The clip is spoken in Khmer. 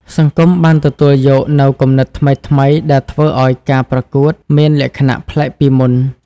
សង្គមបានទទួលយកនូវគំនិតថ្មីៗដែលធ្វើឲ្យការប្រកួតមានលក្ខណៈប្លែកពីមុន។